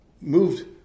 moved